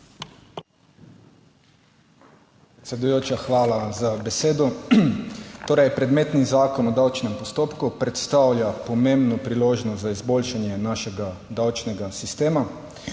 Predsedujoča, hvala za besedo. Predmetni Zakon o davčnem postopku predstavlja pomembno priložnost za izboljšanje našega davčnega sistema.